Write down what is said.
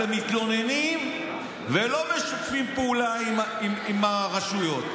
אתם מתלוננים ולא משתפים פעולה עם הרשויות.